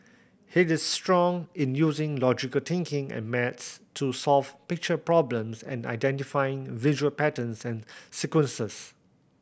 he is strong in using logical thinking and maths to solve picture problems and identifying visual patterns and sequences